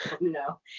No